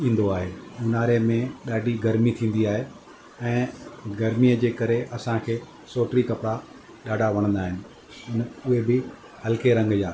ईंदो आहे ऊन्हारे में ॾाढी गर्मी थींदी आहे ऐं गर्मीअ जे करे असांखे सूती कपिड़ा ॾाढा वणंदा आहिनि उहे बि हलिके रंग जा